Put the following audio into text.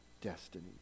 destiny